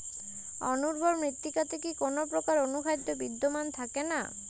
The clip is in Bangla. অনুর্বর মৃত্তিকাতে কি কোনো প্রকার অনুখাদ্য বিদ্যমান থাকে না?